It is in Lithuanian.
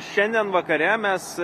šiandien vakare mes